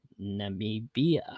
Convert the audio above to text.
Namibia